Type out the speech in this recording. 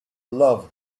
love